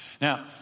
Now